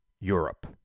Europe